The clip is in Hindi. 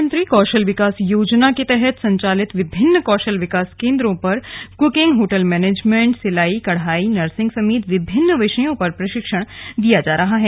प्रधानमंत्री कौशल विकास योजना के तहत संचालित विभिन्न कौशल विकास केंद्रों पर कुकिंग होटल मैनेजमेंट सिलाई कढ़ाई नर्सिंग समेत विभिन्न विषयों पर प्रशिक्षण दिया जा रहा है